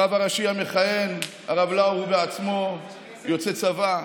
הרב הראשי המכהן, הרב לאו, הוא בעצמו יוצא צבא.